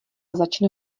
začne